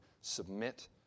submit